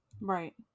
right